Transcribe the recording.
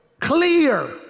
clear